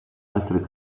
altri